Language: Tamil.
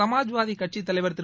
சமாஜ்வாதி கட்சித் தலைவர் திரு